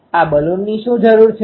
આ બલૂનની શું જરૂર છે